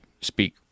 speak